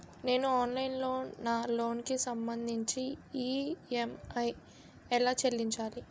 నేను ఆన్లైన్ లో నా లోన్ కి సంభందించి ఈ.ఎం.ఐ ఎలా చెల్లించాలి?